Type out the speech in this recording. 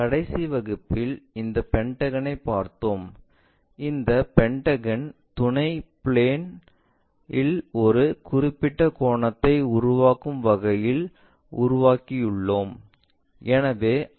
கடைசி வகுப்பில் இந்த பென்டகனைப் பார்த்தோம் அந்த பென்டகன் துணை பிளேன் இல் ஒரு குறிப்பிட்ட கோணத்தை உருவாக்கும் வகையில் உருவாக்கியுள்ளோம்